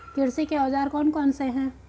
कृषि के औजार कौन कौन से हैं?